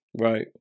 Right